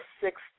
six